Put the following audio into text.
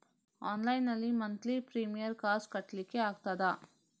Online ನಲ್ಲಿ monthly premier ಕಾಸ್ ಕಟ್ಲಿಕ್ಕೆ ಆಗ್ತದಾ?